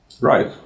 Right